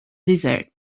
desert